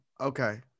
Okay